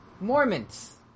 Mormons